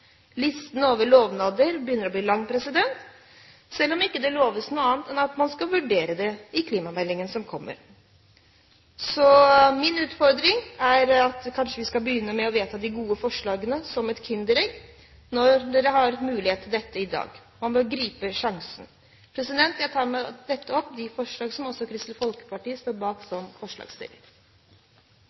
Listen over lovnader begynner å bli lang, selv om det ikke loves noe annet enn at man skal vurdere det i klimameldingen som kommer. Så min utfordring er: Kanskje vi skal begynne med å vedta de gode forslagene, som et kinderegg, når vi har mulighet til det i dag? Vi må gripe sjansen. Jeg tar med dette opp det forslaget som også Kristelig Folkeparti står bak som forslagsstiller.